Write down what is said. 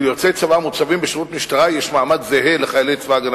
כי ליוצאי צבא המוצבים בשירות המשטרה יש מעמד זהה לחיילי צבא-הגנה